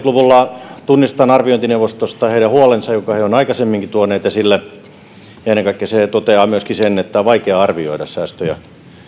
luvulla tunnistan arviointineuvostosta heidän huolensa jonka he ovat aikaisemminkin tuoneet esille ja ennen kaikkea se toteaa myöskin sen että on vaikea arvioida säästöjä